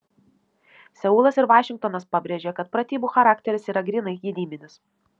seulas ir vašingtonas pabrėžė kad pratybų charakteris yra grynai gynybinis